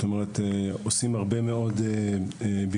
אנחנו עושים הרבה מאוד ביקורות,